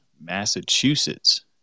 Massachusetts